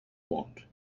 want